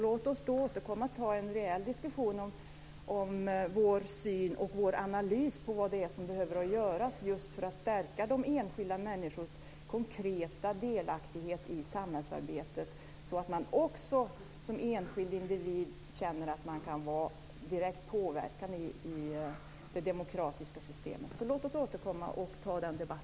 Låt oss alltså återkomma då och ta en rejäl diskussion och debatt om vår syn på och vår analys av vad det är som behöver göras just för att stärka de enskilda människornas konkreta delaktighet i samhällsarbetet. Då kan man också som enskild individ känna att man kan vara direkt påverkande i det demokratiska systemet.